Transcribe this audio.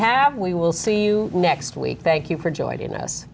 have we will see you next week thank you for joining us